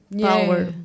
power